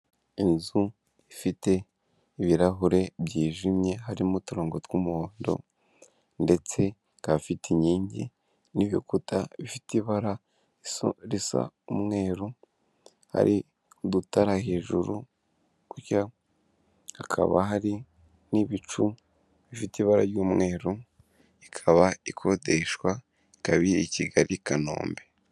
Inzu ifite ibirahure byijimye harimo uturongo tw'umuhondo ndetse gafite inkingi n'ibikuta bifite ibara risa umweru, hari udutara hejuru ibyuryo hakaba hari n'ibicu bifite ibara ry'umweru ikaba ikodeshwa ikaba iri i Kigali Kanombe.